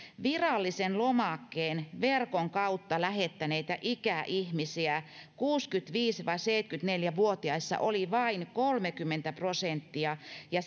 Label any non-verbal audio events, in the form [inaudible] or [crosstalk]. virallisen lomakkeen verkon kautta lähettäneitä ikäihmisiä kuusikymmentäviisi viiva seitsemänkymmentäneljä vuotiaissa oli vain kolmekymmentä prosenttia ja [unintelligible]